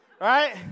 right